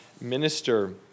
minister